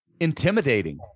intimidating